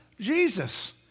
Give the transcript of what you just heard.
Jesus